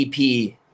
EP